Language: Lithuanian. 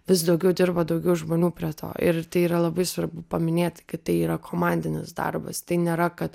vis daugiau dirba daugiau žmonių prie to ir tai yra labai svarbu paminėti kad tai yra komandinis darbas tai nėra kad